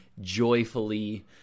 joyfully